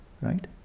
right